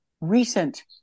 recent